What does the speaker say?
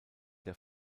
der